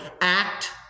act